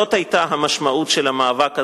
זאת היתה המשמעות של המאבק הזה.